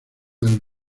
del